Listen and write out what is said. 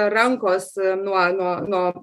rankos nuo nuo no